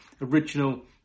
original